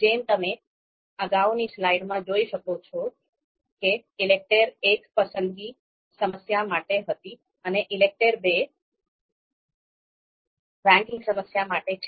જેમ તમે અગાઉની સ્લાઇડમાં જોઈ શકો છો કે ઈલેકટેર I પસંદગી સમસ્યા માટે હતી અને ઈલેકટેર II રેન્કિંગ સમસ્યા માટે છે